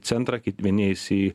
centrą kit vieni eis į